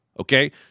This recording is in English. Okay